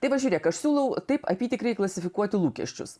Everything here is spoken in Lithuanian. tai va pažiūrėk aš siūlau taip apytikriai klasifikuoti lūkesčius